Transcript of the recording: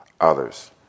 others